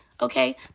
Okay